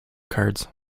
cards